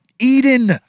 Eden